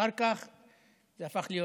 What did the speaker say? אחר כך זה הפך להיות